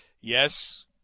yes